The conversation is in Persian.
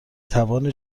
توان